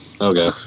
Okay